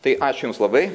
tai ačiū jums labai